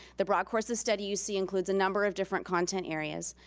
the broad course of study you see includes a number of different content areas.